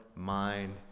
mind